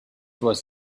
was